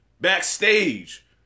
backstage